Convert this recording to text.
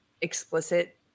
explicit